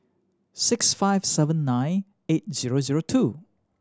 six five seven nine eight zero zero two